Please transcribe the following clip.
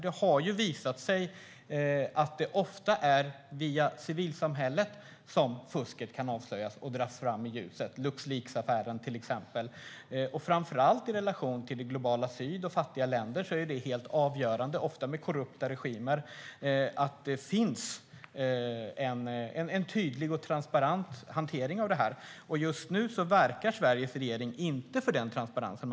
Det har visat sig att det ofta är via civilsamhället som fusket kan avslöjas och dras fram i ljuset. Luxleaksaffären är ett exempel. Framför allt i relation till det globala syd och fattiga länder är det helt avgörande, ofta när det gäller korrupta regimer, att det finns en tydlig och transparent hantering av det här. Just nu verkar Sveriges regering inte för den transparensen.